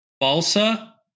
Balsa